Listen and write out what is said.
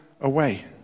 away